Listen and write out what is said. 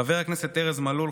חבר הכנסת ארז מלול,